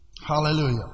Hallelujah